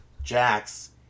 Jax